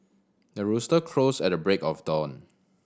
the rooster crows at the break of dawn